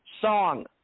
song